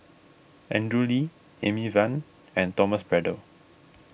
Andrew Lee Amy Van and Thomas Braddell